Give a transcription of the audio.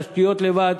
תשתיות לבד,